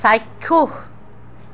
চাক্ষুষ